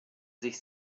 sich